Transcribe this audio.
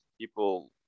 people